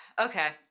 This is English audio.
Okay